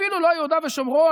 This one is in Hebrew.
אפילו לא יהודה ושומרון,